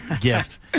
gift